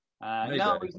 No